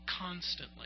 constantly